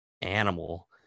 animal